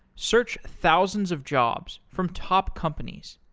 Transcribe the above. search thousands of jobs from top companies.